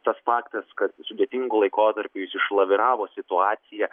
tas faktas kad sudėtingu laikotarpiu jis išlaviravo situaciją